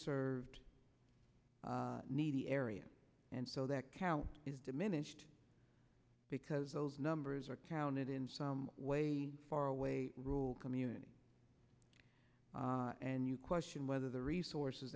served needy area and so that count is diminished because those numbers are counted in some way far away rural communities and you question whether the resources